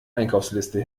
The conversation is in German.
einkaufsliste